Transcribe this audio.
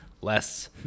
less